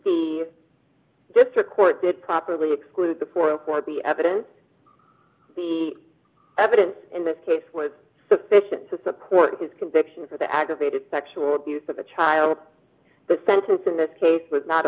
the district court did properly exclude the four for the evidence the evidence in this case was sufficient to support his conviction for the aggravated sexual abuse of a child the sentence in this case was not